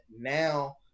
now